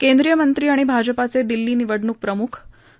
केंद्रीय मंत्री आणि भाजपाचे दिल्ली निवडणूक प्रमुख